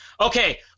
Okay